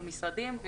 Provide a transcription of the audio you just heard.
המשרדים.